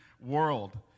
world